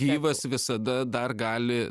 gyvas visada dar gali